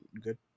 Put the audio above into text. good